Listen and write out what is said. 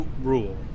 rule